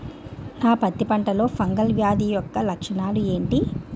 నా పత్తి పంటలో ఫంగల్ వ్యాధి యెక్క లక్షణాలు ఏంటి?